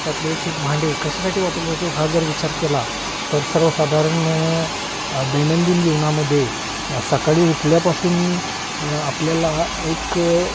त्यातले एक एक भांडे कशासाठी वापरले जाते हा जर विचार केला तर सर्वसाधारण दैनंदिन जीवनामध्ये सकाळी उठल्यापासून आपल्याला एक